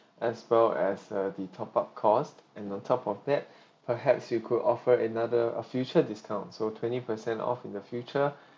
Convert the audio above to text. as well as uh the top up cost and on top of that perhaps we could offer another a future discount so twenty percent off in the future